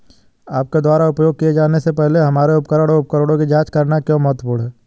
आपके द्वारा उपयोग किए जाने से पहले हमारे उपकरण और उपकरणों की जांच करना क्यों महत्वपूर्ण है?